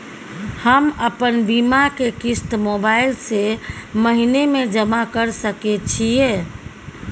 हम अपन बीमा के किस्त मोबाईल से महीने में जमा कर सके छिए?